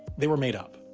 they were made up.